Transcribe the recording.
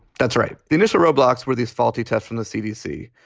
that's right. the initial roadblocks were these faulty tests from the cdc.